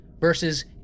versus